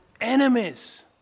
enemies